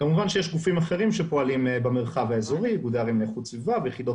יש גופים אחרים שפועלים במרחב האזורי האגודה לענייני סביבה ויחידות